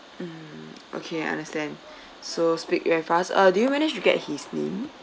mm okay understand so speak very fast uh did you manage to get his name